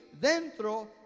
dentro